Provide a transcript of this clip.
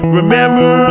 Remember